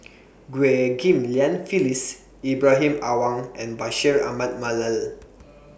Ghim Lian Phyllis Ibrahim Awang and Bashir Ahmad Mallal